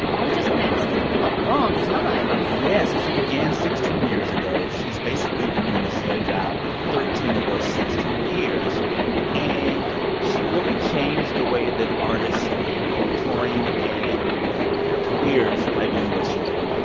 i was just going to ask. it's been a long time right yeah. so she began sixteen years ago. she's basically been doing the same job for thirteen of those sixteen years holy cow and she really changed the way that artists handle touring and their careers by doing what she did.